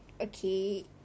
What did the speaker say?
okay